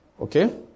Okay